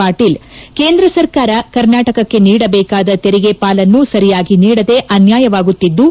ಪಾಟೀಲ್ ಕೇಂದ್ರ ಸರ್ಕಾರ ಕರ್ನಾಟಕಕ್ಕೆ ನೀಡಬೇಕಾದ ತೆರಿಗೆ ಪಾಲನ್ನು ಸರಿಯಾಗಿ ನೀಡದೆ ಅನ್ನಾಯವಾಗುತ್ತಿದ್ಲು